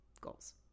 goals